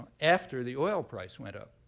after the oil price went up,